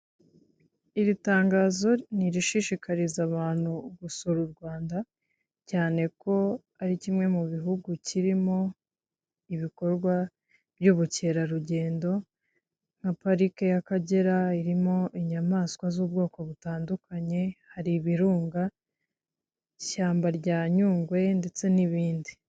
Iri tangazo ni irishishikariza abantu gusura u Rwanda, cyane ko ari kimwe mu bihugu kirimo ibikorwa by'ubukerarugendo nka pariki y'Akagera irimo inyamaswa z'ubwoko butandukanye, hari ibirunga, ishyamba rya Nyungwe ndetse n'ibindi.